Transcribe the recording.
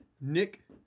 Nick